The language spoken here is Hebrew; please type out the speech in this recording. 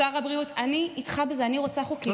אני איתך בזה, אני רוצה חוקים.